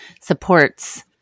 supports